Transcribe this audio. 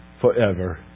forever